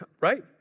right